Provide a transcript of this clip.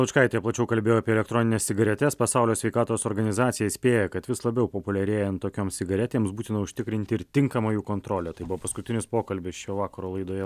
lučkaitė plačiau kalbėjo apie elektronines cigaretes pasaulio sveikatos organizacija įspėja kad vis labiau populiarėjant tokioms cigaretėms būtina užtikrinti tinkamą jų kontrolę tai buvo paskutinis pokalbis šio vakaro laidoje